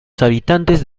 habitantes